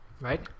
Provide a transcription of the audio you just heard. right